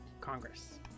congress